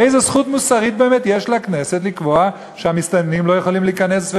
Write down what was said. איזו זכות מוסרית באמת יש לכנסת לקבוע שהמסתננים לא יכולים להיכנס,